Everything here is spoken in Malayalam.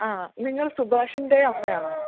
ആ നിങ്ങൾ സുഭാഷിൻ്റെ അമ്മയാണോ